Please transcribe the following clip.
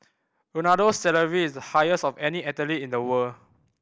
Ronaldo's salary is the highest of any athlete in the world